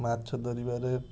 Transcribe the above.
ମାଛ ଧରିବାରେ